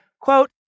quote